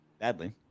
badly